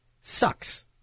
sucks